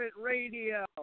radio